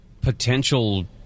potential